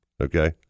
okay